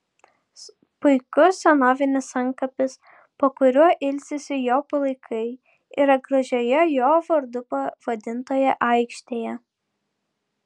puikus senovinis antkapis po kuriuo ilsisi jo palaikai yra gražioje jo vardu pavadintoje aikštėje